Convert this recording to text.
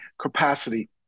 capacity